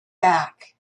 back